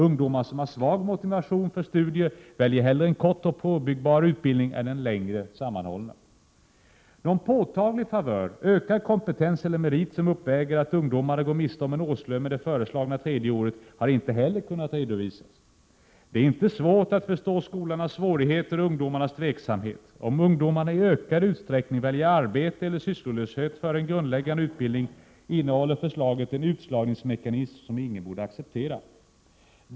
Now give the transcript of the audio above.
Ungdomar som har svag motivation för studier väljer hellre en kort och påbyggbar utbildning än en längre sammanhållen. Någon påtaglig favör, ökad kompetens eller merit som uppväger att ungdomarna går miste om en årslön med det föreslagna tredje året har inte heller kunnat redovisas. Det är inte svårt att förstå skolornas svårigheter och ungdomarnas tveksamhet. Om ungdomarna i ökad utsträckning väljer arbete eller sysslolöshet före en grundläggande utbildning, innehåller förslaget en utslagningsmekanism som ingen borde acceptera.